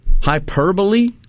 hyperbole